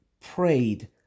prayed